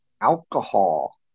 alcohol